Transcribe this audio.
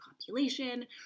population